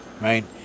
right